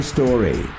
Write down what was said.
Story